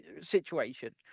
situation